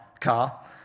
car